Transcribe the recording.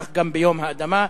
כך גם ביום האדמה,